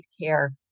care